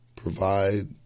provide